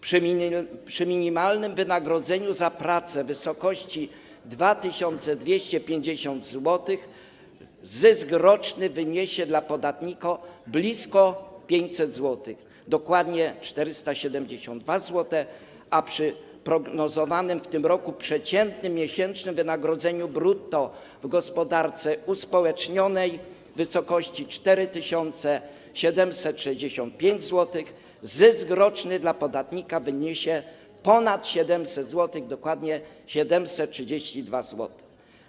Przy minimalnym wynagrodzeniu za pracę w wysokości 2250 zł zysk roczny wyniesie dla podatnika blisko 500 zł, dokładnie 472 zł, a przy prognozowanym w tym roku przeciętnym miesięcznym wynagrodzeniu brutto w gospodarce uspołecznionej w wysokości 4765 zł zysk roczny dla podatnika wyniesie ponad 700 zł, dokładnie 732 zł.